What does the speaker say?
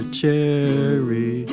cherry